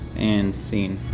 and scene.